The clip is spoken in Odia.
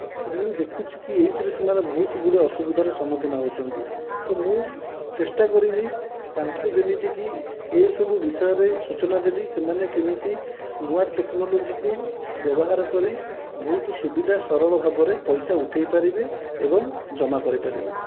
ମୁଁ ଦେଖୁଛିକି ଏଇଥିରେ ସେମାନେ ବହୁତ ଗୁଡ଼ିଏ ଅସୁବିଧାର ସମ୍ମୁଖୀନ ହେଉଛନ୍ତି ତ ମୁଁ ଚେଷ୍ଟା କରିବି ତାଙ୍କୁ ଯେମିତିକି ଏସବୁ ବିଷୟରେ ସୂଚନା ଦେବି ସେମାନେ କେମିତି ନୂଆ ଟେକ୍ନୋଲୋଜିକୁ ବ୍ୟବହାର କରି ବହୁତ ସୁବିଧା ସରଳ ଭାବରେ ପଇସା ଉଠେଇ ପାରିବେ ଏବଂ ଜମା କରିପାରିବେ